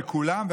בכולם,